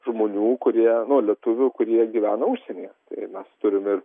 žmonių kurie nu lietuvių kurie gyvena užsienyje tai mes turim ir